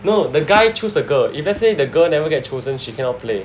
no the guy choose the girl if let's say the girl never get chosen she cannot play